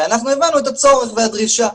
ואנחנו הבנו את הצורך ואת הדרישה.